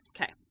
Okay